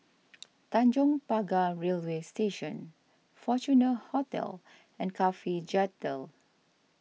Tanjong Pagar Railway Station Fortuna Hotel and Cafhi Jetty